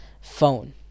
phone